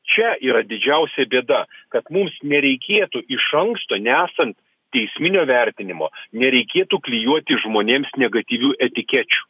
čia yra didžiausia bėda kad mums nereikėtų iš anksto nesant teisminio vertinimo nereikėtų klijuoti žmonėms negatyvių etikečių